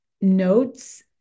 notes